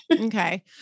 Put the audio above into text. Okay